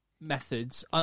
methods